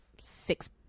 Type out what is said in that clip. six